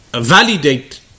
validate